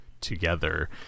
together